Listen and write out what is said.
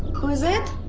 who is it?